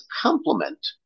complement